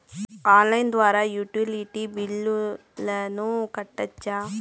Online ద్వారా utility బిల్లులను కట్టొచ్చా?